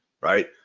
right